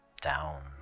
Down